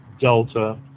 Delta